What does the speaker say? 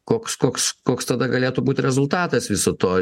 koks koks koks tada galėtų būt rezultatas viso to